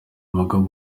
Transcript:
mugabo